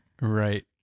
Right